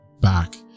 back